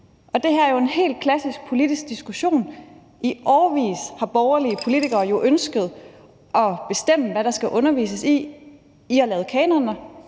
Det er jo en helt klassisk politisk diskussion. I årevis har borgerlige politikere jo ønsket at bestemme, hvad der skal undervises i. I har lavet kanoner,